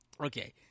okay